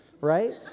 right